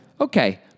Okay